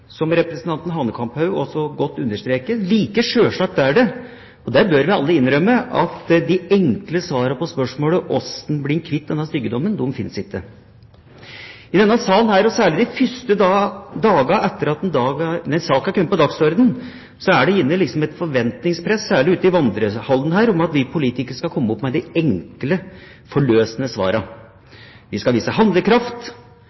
som representanten Hanekamhaug også godt understreket, er det, og det bør vi alle innrømme, at de enkle svarene på spørsmålet om hvordan bli kvitt denne styggedommen, fins ikke. I denne salen her, og særlig de første dagene etter at en sak er kommet på dagsordenen, er det liksom et forventningspress, særlig ute i vandrehallen, om at vi politikere skal komme opp med de enkle, forløsende